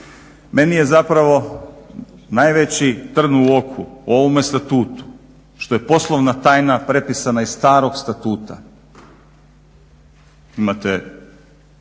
Meni je zapravo najveći trn u oku u ovome statutu što je poslovna tajna prepisana iz starog statuta. Imate